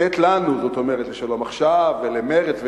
לתת לנו, זאת אומרת ל"שלום עכשיו", למרצ ולכאלה,